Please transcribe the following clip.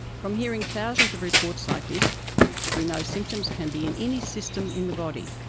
from hearing thousands of reports like this we know symptoms can be in any system in the body.